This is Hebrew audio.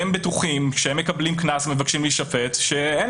בטוח שכשהוא מקבל קנס ומבקש להישפט אין